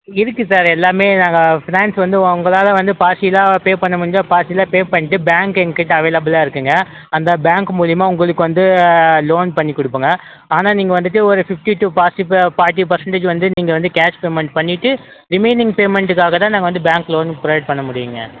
இருக்குது சார் எல்லாமே நாங்கள் ஃபினான்ஸ் வந்து உங்களால் வந்து பார்சிலாக பே பண்ண முடிஞ்சால் பார்சிலாக பே பண்ணிவிட்டு பேங்க் எங்கள் கிட்டே அவைலபுளாக இருக்குதுங்க அந்த பேங்க் மூலிமா உங்களுக்கு வந்து லோன் பண்ணி கொடுப்போங்க ஆனால் நீங்கள் வந்துட்டு ஒரு ஃபிப்டி டூ ப பாட்டி ஃபார்டி பர்சன்டேஜ் வந்து நீங்கள் வந்து கேஷ் பேமெண்ட் பண்ணிவிட்டு ரிமெனியிங் பேமெண்ட்டுக்காக தான் நாங்கள் வந்து பேங்க் லோன் ப்ரொவைட் பண்ண முடியுங்க